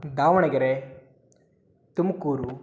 Davanagere Tumakuru